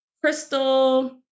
Crystal